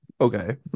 okay